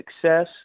success